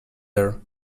there